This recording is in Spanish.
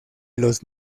los